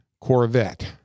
Corvette